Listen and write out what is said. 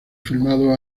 filmado